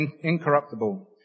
incorruptible